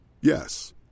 Yes